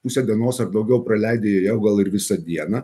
pusę dienos ar daugiau praleidę joje o gal ir visą dieną